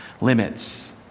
Limits